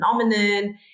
phenomenon